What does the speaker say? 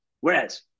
Whereas